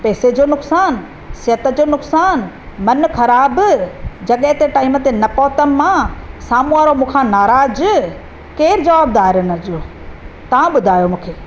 पैसे जो नुक़सान सिहत जो नुक़सान मनु ख़राबु जॻह ते टाइम ते न पहुतमि मां साम्हूं वारो मूं खां नाराज़ केर जवाबदार हुनजो तव्हां ॿुधायो मूंखे